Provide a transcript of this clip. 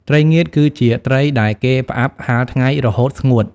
ត្រីងៀតគឺជាត្រីដែលគេផ្អាប់ហាលថ្ងៃ រហូតស្ងួត ។